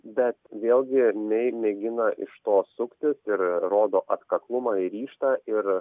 bet vėlgi mei mėgina iš to suktis ir rodo atkaklumą ryžtą ir